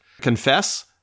confess